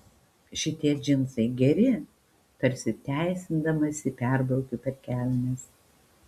šitie džinsai geri tarsi teisindamasi perbraukiu per kelnes